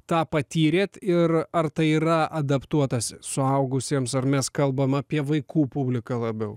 tą patyrėt ir ar tai yra adaptuotas suaugusiems ar mes kalbam apie vaikų publiką labiau